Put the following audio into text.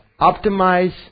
Optimize